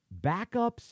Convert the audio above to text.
backups